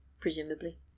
Presumably